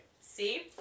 See